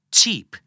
Cheap